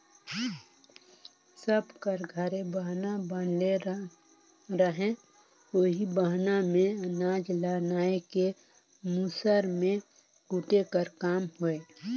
सब कर घरे बहना बनले रहें ओही बहना मे अनाज ल नाए के मूसर मे कूटे कर काम होए